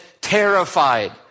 terrified